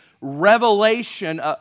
revelation